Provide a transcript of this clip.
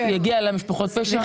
אבל אם הוא יגיע למשפחות פשע?